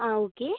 ആ ഓക്കെ